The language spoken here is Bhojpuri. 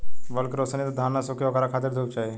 बल्ब के रौशनी से धान न सुखी ओकरा खातिर धूप चाही